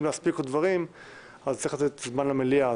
להספיק עוד דברים אז צריך לתת זמן למליאה.